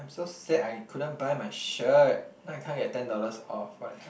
I'm so sad I couldn't buy my shirt now I can't get ten dollars off what the hell